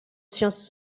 sciences